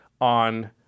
on